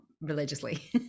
religiously